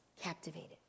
Captivated